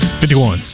51